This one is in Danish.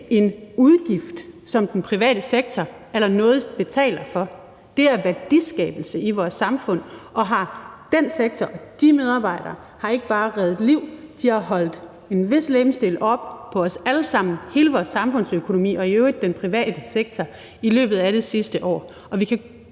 en udgift, som den private sektor allernådigst betaler for, nej, det er værdiskabelse i vores samfund. Og den sektor og de medarbejdere har ikke bare reddet liv, de har holdt en vis legemsdel oppe på os alle sammen, hele vores samfundsøkonomi og i øvrigt den private sektor i løbet af det sidste år,